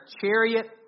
chariot